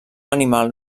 animal